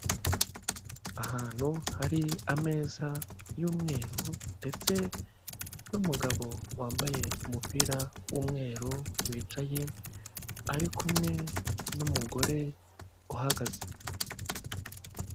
Ahantu hari ameza y'umweru ndetse n'umugabo wambaye umupira w'umweru wicaye ari kumwe n'umugore uhagaze.